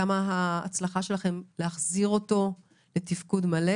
כמה ההצלחה שלכם להחזיר אותו לתפקוד מלא?